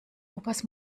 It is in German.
opas